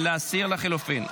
להסיר לחלופין.